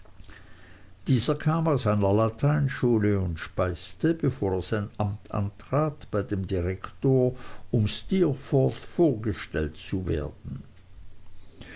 dieser kam aus einer lateinschule und speiste bevor er sein amt antrat bei dem direktor um steerforth vorgestellt zu werden